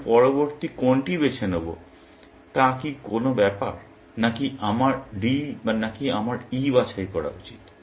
আমি পরবর্তী কোনটি বেছে নেব তা কি কোন ব্যাপার নাকি আমার D বা নাকি আমার E বাছাই করা উচিত